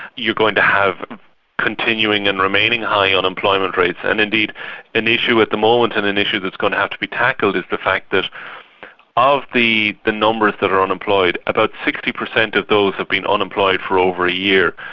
you're going to have continuing and remaining high unemployment rates. and indeed an issue at the moment and an issue that's going to have to be tackled is the fact that of the the numbers that are unemployed, about sixty per cent of those have been unemployed for over a year.